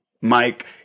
Mike